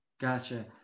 Gotcha